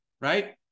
right